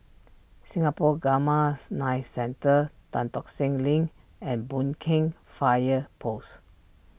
Singapore Gammas Knife Centre Tan Tock Seng Link and Boon Keng Fire Post